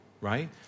right